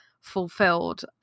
fulfilled